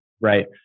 right